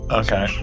okay